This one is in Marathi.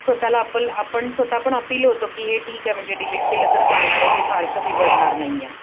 स्वतःला आपल आपण स्वतः आपण अपील होतो की हे ठीके म्हणजे डिलीट केलं तर चालणार आहे की फारसं बिघडणार नाही आहे